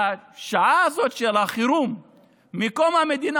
והשעה הזאת של החירום מקום המדינה,